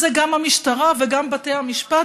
זה גם המשטרה וגם בתי המשפט,